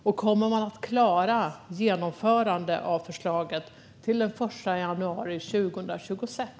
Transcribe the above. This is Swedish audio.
Och kommer man att klara ett genomförande av förslaget till den 1 januari 2026?